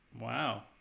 Wow